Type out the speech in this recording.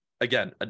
Again